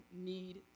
need